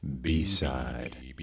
B-Side